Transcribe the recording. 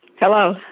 Hello